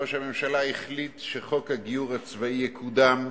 ראש הממשלה החליט שחוק הגיור הצבאי יקודם,